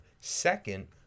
Second